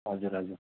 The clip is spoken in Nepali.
हजुर हजुर